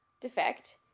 defect